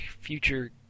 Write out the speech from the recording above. future